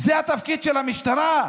זה התפקיד של המשטרה?